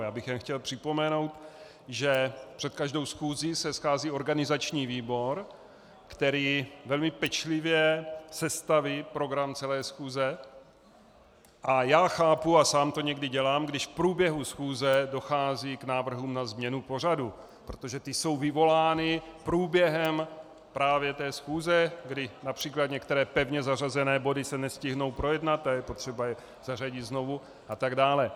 Já bych jen chtěl připomenout, že před každou schůzí se schází organizační výbor, který velmi pečlivě sestaví program celé schůze, a já chápu, a sám to někdy dělám, když v průběhu schůze dochází k návrhům na změnu pořadu, protože ty jsou vyvolány průběhem právě té schůze, kdy například některé pevně zařazené body se nestihnou projednat a je potřeba je zařadit znovu atd.